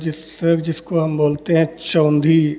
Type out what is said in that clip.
जिससे जिसको हम बोलते हैं चौंधी